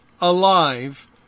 alive